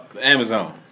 Amazon